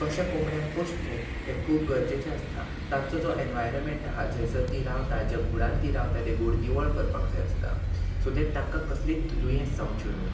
कशें कोंबड्यांक पोसचें तें खूब गरजेचें आसता तांचो जो एनवायरोमेंट आहा जंयसर तीं रावता जे घुडान तीं रावता तें घुड निवळ करपाक जाय आसता सो देट तांकां कसले दुयेंस जावच्यो न्हू